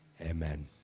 Amen